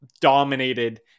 dominated